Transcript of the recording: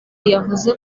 yavuze